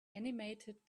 animated